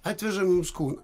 atvežam jums kūną